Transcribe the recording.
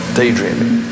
daydreaming